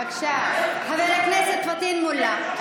תכבד את המעמד חבר הכנסת פטין מולא,